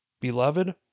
Beloved